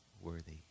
worthy